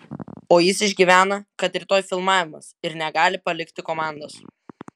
o jis išgyvena kad rytoj filmavimas ir negali palikti komandos